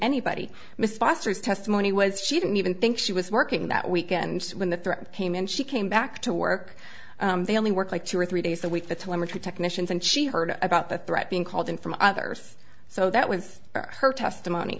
anybody miss foster's testimony was she didn't even think she was working that weekends when the threat came and she came back to work they only work like two or three days a week that's when we're technicians and she heard about the threat being called in from others so that was her testimony